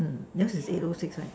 yours is eight o six right